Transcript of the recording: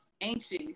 anxious